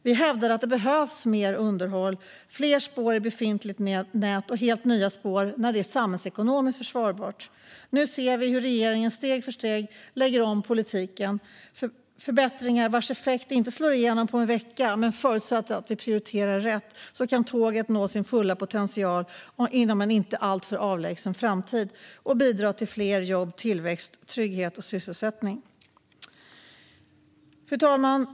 Vi hävdade att det behövdes mer underhåll, fler spår i befintligt nät och helt nya spår när det är samhällsekonomiskt försvarbart. Nu ser vi hur regeringen steg för steg lägger om politiken. Det handlar om förbättringar vars effekt inte slår igenom på en vecka, men förutsatt att vi prioriterar rätt kan tåget nå sin fulla potential inom en inte alltför avlägsen framtid och bidra till fler jobb, tillväxt, trygghet och sysselsättning. Fru talman!